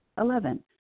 Eleven